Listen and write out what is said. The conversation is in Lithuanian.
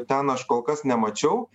ten aš kol kas nemačiau